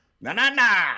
Na-na-na